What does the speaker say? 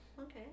Okay